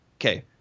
Okay